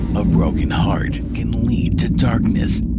a broken heart can lead to darkness